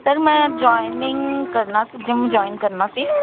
sir ਮੈਂ joining ਕਰਨਾ ਸੀ ਜਿੰਮ ਜੁਆਇਨ ਕਰਨਾ ਸੀ